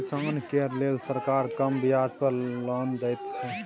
किसान केर लेल सरकार कम ब्याज पर लोन दैत छै